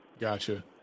Gotcha